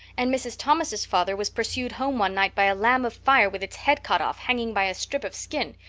and mrs. thomas's father was pursued home one night by a lamb of fire with its head cut off hanging by a strip of skin.